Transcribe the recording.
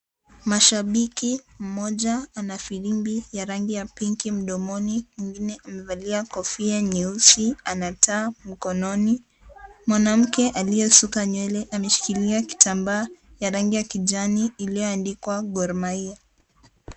Mashabiki mmoja ana firimbi ya rangi ya pinki mdomoni mwingine amevalia kofia nyeusi ana taa mkononi. Mwanamke aliyesuka nywele ameshikilia kitambaa ya rangi ya kijani iliyoandikwa Gor Mahia.